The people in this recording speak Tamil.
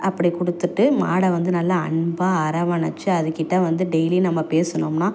அப்படி கொடுத்துட்டு மாடை வந்து நல்லா அன்பாக அரவணைச்சி அது கிட்ட வந்து டெய்லி நம்ம பேசுனம்னால்